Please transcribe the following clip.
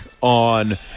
on